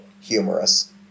Humorous